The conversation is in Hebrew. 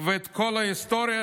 ואת כל ההיסטוריה,